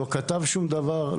לא כתב שום דבר,